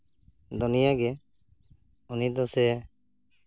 ᱫᱩᱱᱭᱟᱹᱜᱮ ᱩᱱᱤ ᱫᱚ ᱥᱮ